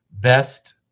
best